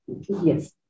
Yes